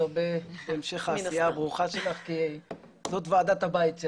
רשות שלא ביקשה בחוק שלה לאפשר הנחות,